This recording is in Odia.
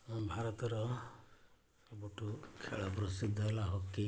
ଆମ ଭାରତର ସବୁଠୁ ଖେଳ ପ୍ରସିଦ୍ଧ ହେଲା ହକି